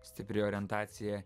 stipri orientacija